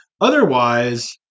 Otherwise